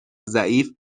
ضعیف